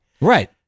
Right